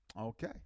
Okay